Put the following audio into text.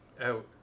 out